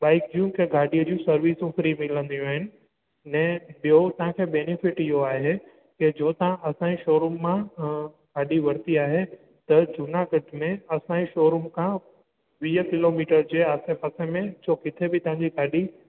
bike जूं कंहिं गाॾीअ जूं सर्विसूं फ्री मिलंदियूं आहिनि इन जो ॿियो तव्हां खे बेनिफिट इहो आहे की जो तव्हां असां जे शो रूम मां गाॾी वरिती आहे त जूनागढ़ में असांजे शो रूम खां वीह किलोमीटर जे आसे पासे में जो किथे बि तव्हां जी गाॾी